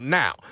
now